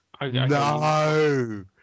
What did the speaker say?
No